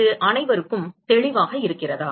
இது அனைவருக்கும் தெளிவாக இருக்கிறதா